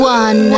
one